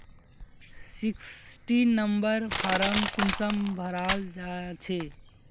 Sixteen number form कुंसम भराल जाछे?